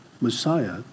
Messiah